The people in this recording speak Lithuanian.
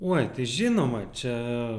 oi tai žinoma čia